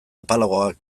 apalagoak